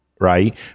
right